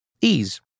Ease